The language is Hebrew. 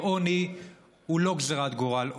שעוני הוא לא גזרת גורל,